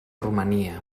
romania